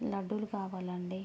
లడ్డూలు కావాలి అండి